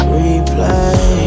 replay